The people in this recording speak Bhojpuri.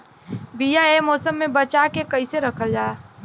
बीया ए मौसम में बचा के कइसे रखल जा?